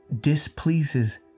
displeases